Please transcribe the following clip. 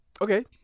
Okay